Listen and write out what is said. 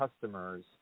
customers